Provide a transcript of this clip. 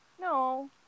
No